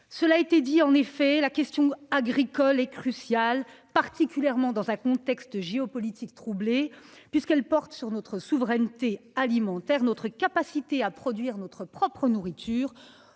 Cela été dit en effet la question agricole est cruciale, particulièrement dans un contexte géopolitique troublé puisqu'elle porte sur notre souveraineté alimentaire notre capacité à produire notre propre nourriture